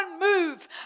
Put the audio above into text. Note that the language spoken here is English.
move